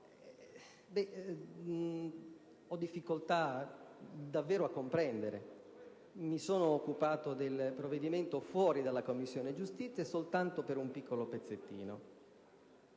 difficoltà a comprendere. Mi sono occupato del provvedimento fuori dalla Commissione giustizia, soltanto per una piccola parte.